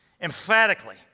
emphatically